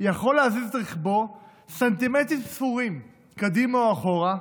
יכול להזיז את רכבו סנטימטרים ספורים קדימה או אחורה,